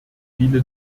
viele